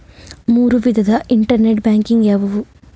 ಮೂರು ವಿಧದ internet banking ಯಾವುವು?